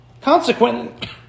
Consequently